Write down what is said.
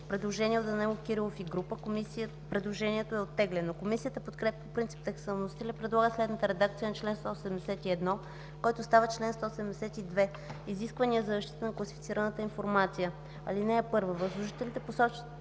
Предложението е оттеглено. Комисията подкрепя по принцип текста на вносителя и предлага следната редакция на чл. 171, който става чл. 172: „Изисквания за защита на класифицирана информация Чл. 172. (1) Възложителите посочват